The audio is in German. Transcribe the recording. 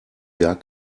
gar